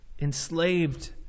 enslaved